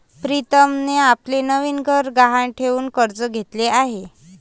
प्रीतमने आपले नवीन घर गहाण ठेवून कर्ज घेतले आहे